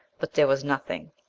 but there was nothing.